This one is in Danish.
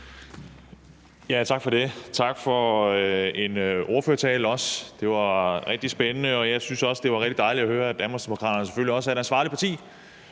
Tak for det. Tak for ordførertalen også, den var rigtig spændende. Og jeg synes også, at det var rigtig dejligt at høre, at Danmarksdemokraterne selvfølgelig også er et ansvarligt parti